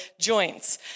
joints